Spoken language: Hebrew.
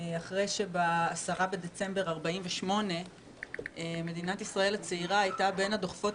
אחרי שב-10 בדצמבר 1948 מדינת ישראל הצעירה הייתה בין הדוחפות